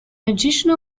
additional